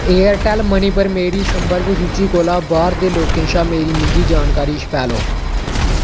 Airtel money पर मेरी संपर्क सूची कोला बाह्र दे लोकें शा मेरी निजी जानकारी छपैलो